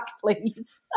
please